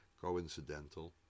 coincidental